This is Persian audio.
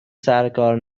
سرکار